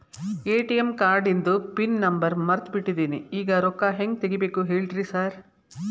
ATM ಕಾರ್ಡಿಂದು pin number ಮರ್ತ್ ಬಿಟ್ಟಿದೇನಿ ಈಗ ರೊಕ್ಕಾ ಹೆಂಗ್ ತೆಗೆಬೇಕು ಹೇಳ್ರಿ ಸಾರ್